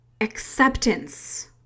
acceptance